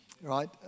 right